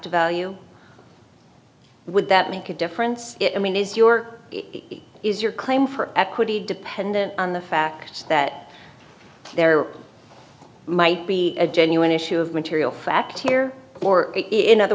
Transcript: the value would that make a difference it i mean is your is your claim for equity dependent on the fact that there might be a genuine issue of material fact here or in other